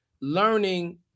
learning